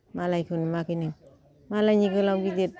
मालायखौ नुवाखै नों मालायनि गोलाव गिदिर